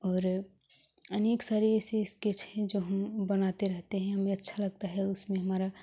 और अनेक सारे ऐसे स्केच हैं जो हम बनाते रहते हैं हमें अच्छा लगता है उसमें हमारा